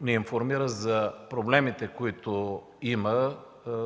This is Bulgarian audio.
ни информира за проблемите –